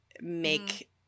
make